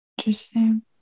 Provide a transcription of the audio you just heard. Interesting